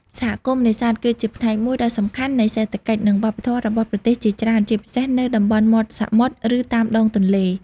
សហគមន៍នេសាទគឺជាផ្នែកមួយដ៏សំខាន់នៃសេដ្ឋកិច្ច និងវប្បធម៌របស់ប្រទេសជាច្រើន ជាពិសេសនៅតំបន់មាត់សមុទ្រ ឬតាមដងទន្លេ។